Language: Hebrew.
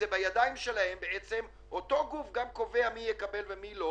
אבל ב-26% אבטלה היעד שלנו זה להילחם על